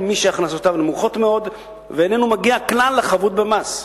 מי שהכנסותיו נמוכות מאוד ואיננו מגיע כלל לחבות המס.